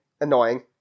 annoying